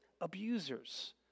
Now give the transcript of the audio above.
abusers